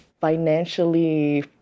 financially